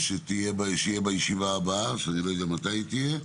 שיהיה בישיבה הבאה, שאני לא יודע מתי היא תהיה,